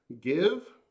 give